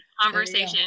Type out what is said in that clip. conversation